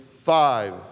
Five